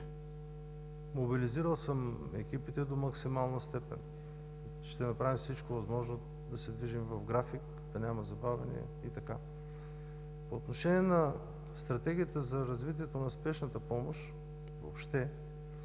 Мобилизирал съм екипите до максимална степен. Ще направим всичко възможно да се движим в график, да няма забавяния. По отношение на Стратегията за развитие на Спешната помощ въобще,